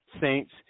Saints